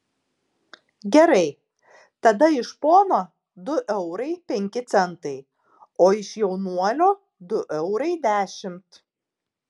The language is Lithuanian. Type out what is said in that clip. gerai tada iš pono du eurai penki centai o iš jaunuolio du eurai dešimt